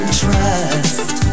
trust